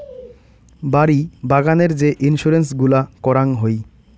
বাড়ি বাগানের যে ইন্সুরেন্স গুলা করাং হই